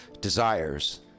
desires